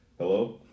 Hello